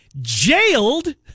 jailed